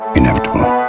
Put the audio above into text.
Inevitable